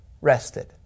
rested